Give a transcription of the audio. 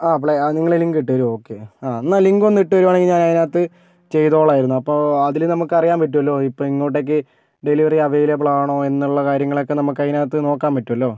ആ പ്ലേ നിങ്ങൾ ലിങ്ക് ഇട്ടുതരുമോ ഓക്കെ ആ എന്നാൽ ലിങ്ക് ഒന്ന് ഇട്ട് തരികയാണെങ്കിൽ ഞാൻ അതിനകത്ത് ചെയ്തോളായിരുന്നു അപ്പോൾ അതിൽ നമുക്ക് അറിയാൻ പറ്റുമല്ലോ ഇപ്പോൾ ഇങ്ങോട്ടേക്ക് ഡെലിവറി അവൈലബിൾ ആണോ എന്നുള്ള കാര്യങ്ങളൊക്കെ നമുക്ക് അതിനകത്ത് നോക്കാൻ പറ്റുമല്ലോ